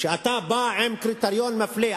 כשאתה בא עם קריטריון מפלה,